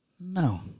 No